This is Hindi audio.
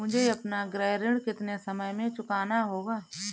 मुझे अपना गृह ऋण कितने समय में चुकाना होगा?